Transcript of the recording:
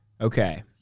okay